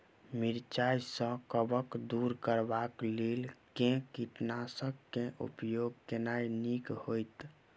मिरचाई सँ कवक दूर करबाक लेल केँ कीटनासक केँ उपयोग केनाइ नीक होइत?